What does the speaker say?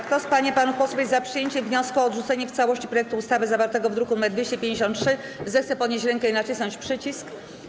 Kto z pań i panów posłów jest za przyjęciem wniosku o odrzucenie w całości projektu ustawy zawartego w druku nr 253, zechce podnieść rękę i nacisnąć przycisk.